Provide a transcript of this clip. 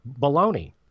baloney